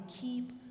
keep